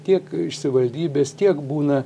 tiek iš savivaldybės tiek būna